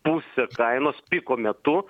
pusę kainos piko metu